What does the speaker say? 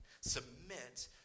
submit